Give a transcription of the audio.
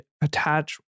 attach